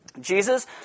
Jesus